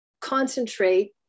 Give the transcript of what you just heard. concentrate